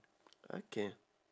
okay